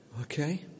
Okay